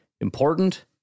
important